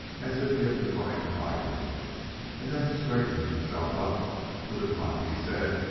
as if he had been going to buy me and then straightening himself up with a grunt, he said,